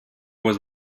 was